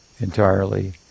entirely